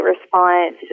response